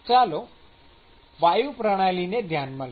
ચાલો વાયુ પ્રણાલીને ધ્યાનમાં લઈએ